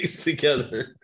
together